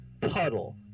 puddle